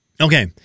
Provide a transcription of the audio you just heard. Okay